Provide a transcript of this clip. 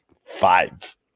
five